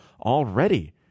already